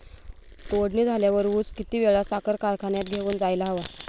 तोडणी झाल्यावर ऊस किती वेळात साखर कारखान्यात घेऊन जायला हवा?